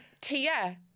Tia